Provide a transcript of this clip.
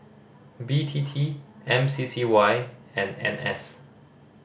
B T T M C C Y and N S